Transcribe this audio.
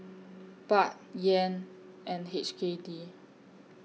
Baht Yen and H K D